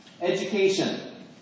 education